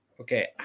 Okay